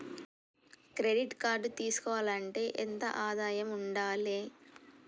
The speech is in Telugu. క్రెడిట్ కార్డు తీసుకోవాలంటే ఎంత ఆదాయం ఉండాలే?